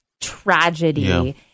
tragedy